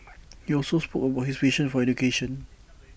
he also spoke about his passion for education